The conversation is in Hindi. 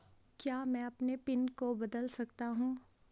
क्या मैं अपने पिन को बदल सकता हूँ?